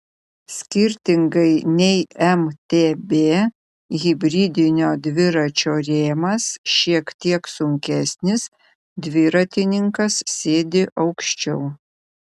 skirtingai nei mtb hibridinio dviračio rėmas šiek tiek sunkesnis dviratininkas sėdi aukščiau